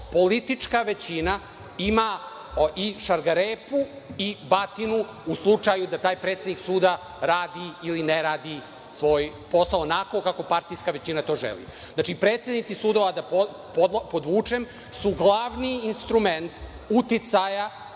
politička većina ima i šargarepu i batinu, u slučaju da taj predsednik suda radi ili ne radi svoj posao onako kako partijska većina to želi. Znači, da podvučem, predsednici sudova su glavni instrument uticaja